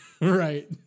Right